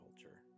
culture